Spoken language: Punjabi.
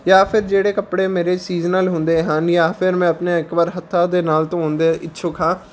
ਜਾਂ ਫਿਰ ਜਿਹੜੇ ਕੱਪੜੇ ਮੇਰੇ ਸੀਜ਼ਨਲ ਹੁੰਦੇ ਹਨ ਜਾਂ ਫਿਰ ਮੈਂ ਆਪਣੇ ਇੱਕ ਵਾਰ ਹੱਥਾਂ ਦੇ ਨਾਲ ਧੋਣ ਦੇ ਇਛੁੱਕ ਹਾਂ